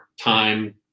time